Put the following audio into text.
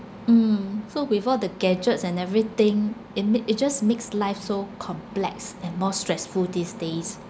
mm so with all the gadgets and everything in it it just makes life so complex and more stressful these days